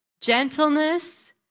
Gentleness